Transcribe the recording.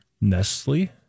Nestle